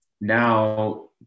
now